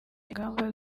ingamba